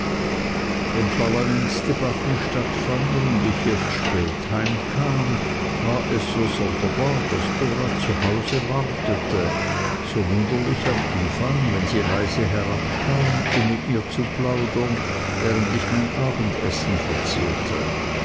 wenn parlamentsdebatten stattfanden und ich erst spät heim kam war es so sonderbar daß dora zu hause wartete so wunderlich am anfang wenn sie leise herabkam um mit mir zu plaudern während ich mein abendessen verzehrte